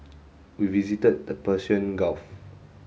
we visited the Persian Gulf